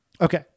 Okay